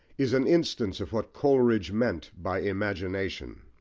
is an instance of what coleridge meant by imagination.